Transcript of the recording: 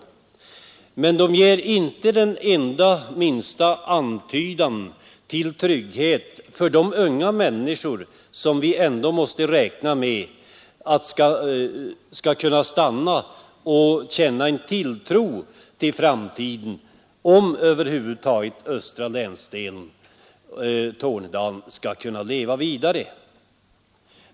Men de ger inte någon trygghet åt de unga människor som vi måste räkna med skall stanna kvar här uppe, om östra länsdelen, Tornedalen, skall kunna leva vidare.